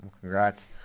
congrats